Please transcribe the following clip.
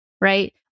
right